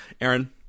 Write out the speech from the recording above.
Aaron